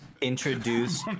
introduce